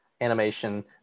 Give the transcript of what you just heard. animation